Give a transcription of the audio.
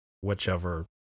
whichever